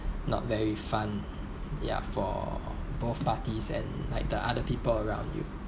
not very fun ya for both parties and like the other people around you